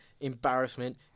embarrassment